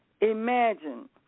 Imagine